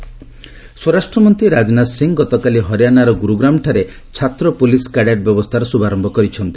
Rajnath SPC ସ୍ୱରାଷ୍ଟ୍ରମନ୍ତ୍ରୀ ରାଜନାଥ ସିଂ ଗତକାଲି ହରିଆନାର ଗୁରୁଗ୍ରାମଠାରେ ଛାତ୍ର ପୋଲିସ କ୍ୟାଡେଟ୍ ବ୍ୟବସ୍ଥାର ଶୁଭାରମ୍ଭ କରିଛନ୍ତି